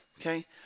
Okay